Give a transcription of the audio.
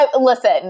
Listen